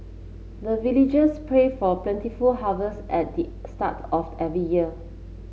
the villagers pray for plentiful harvest at start of every year